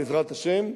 בעזרת השם,